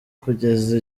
kugeza